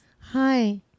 hi